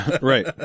Right